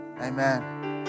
Amen